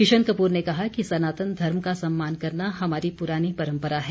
किशन कपूर ने कहा कि सनातन धर्म का सम्मान करना हमारी पुरानी परम्परा है